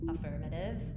Affirmative